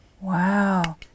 Wow